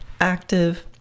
active